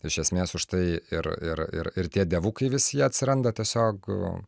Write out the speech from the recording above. iš esmės už tai ir ir ir ir tie dievukai visi jie atsiranda tiesiog